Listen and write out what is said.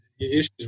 issues